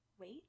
wait